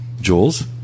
Jules